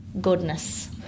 goodness